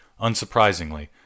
Unsurprisingly